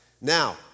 Now